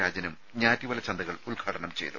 രാജനും ഞാറ്റുവേല ചന്തകൾ ഉദ്ഘാടനം ചെയ്തു